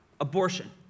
Abortion